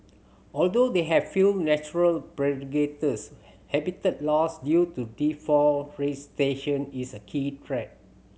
although they have few natural predators habitat loss due to deforestation is a key threat